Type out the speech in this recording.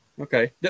Okay